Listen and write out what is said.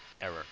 error